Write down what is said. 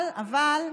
אבל, אבל,